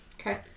Okay